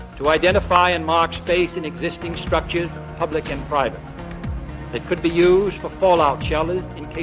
to identify and mark space and existing structures public and private that could be used for fallout shelters in case